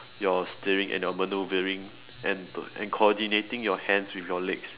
your steering and you maneuvering and and coordinating your hands with your legs